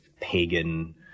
pagan